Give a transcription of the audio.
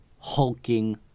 hulking